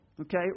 okay